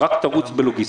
רק תרוץ בלוגיסטיקה,